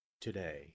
today